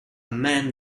man